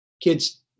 kids